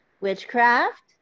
Witchcraft